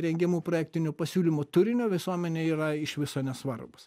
rengiamų projektinių pasiūlymų turinio visuomenei yra iš viso nesvarbūs